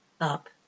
up